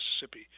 Mississippi